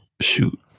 shoot